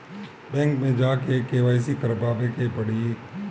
Bank मे जा के के.वाइ.सी करबाबे के पड़ी?